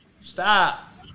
stop